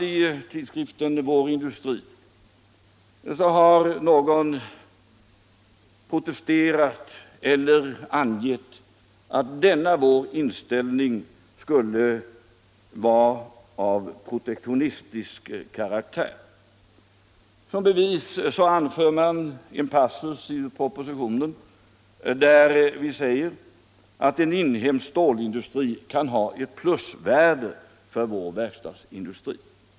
I tidskriften Vår industri har någon hävdat att denna vår inställning är av protektionistisk karaktär. Som bevis anförs en passus ur propositionen, där det sägs att en inhemsk stålindustri kan ha ett plusvärde för vår verkstadsindustri.